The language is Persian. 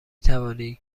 توانی